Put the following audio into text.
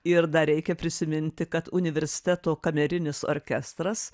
ir dar reikia prisiminti kad universiteto kamerinis orkestras